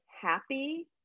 happy